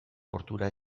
portura